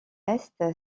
est